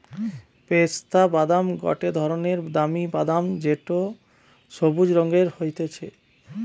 পেস্তা বাদাম গটে ধরণের দামি বাদাম যেটো সবুজ রঙের হতিছে